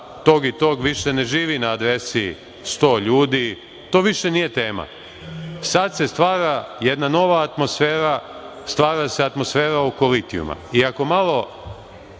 tog i tog više ne živi na adresi 100 ljudi. To više nije tema. Sada se stvara jedna nova atmosfera, stvara se atmosfera oko litijuma i ako malo